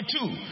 two